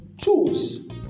choose